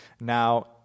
Now